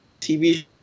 TV